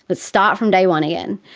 but start from day one again.